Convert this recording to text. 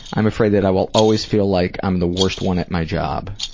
i'm afraid that i will always feel like i'm the worst one at my job.